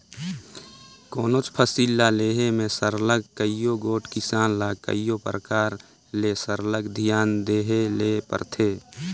कोनोच फसिल ल लेहे में सरलग कइयो गोट किसान ल कइयो परकार ले सरलग धियान देहे ले परथे